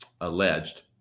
alleged